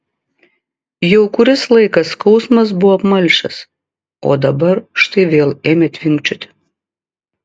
jau kuris laikas skausmas buvo apmalšęs o dabar štai vėl ėmė tvinkčioti